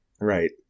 Right